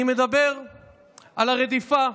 אני מדבר על הרדיפה,